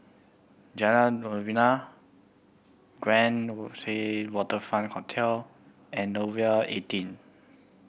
Jalan Novena Grand Waterfront Hotel and Nouvel eighteen